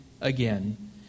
again